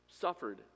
Suffered